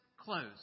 close